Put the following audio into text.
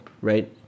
right